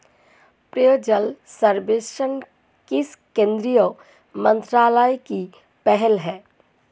पेयजल सर्वेक्षण किस केंद्रीय मंत्रालय की पहल है?